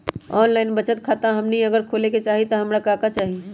Online बचत खाता हमनी अगर खोले के चाहि त हमरा का का चाहि?